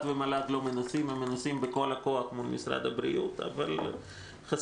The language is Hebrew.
ומל"ג לא מנסים הם מנסים בכל הכוח מול משרד הבריאות אבל חסר